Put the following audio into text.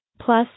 Plus